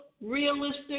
realistic